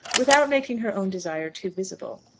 without making her own desire too visible.